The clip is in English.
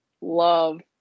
love